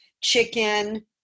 chicken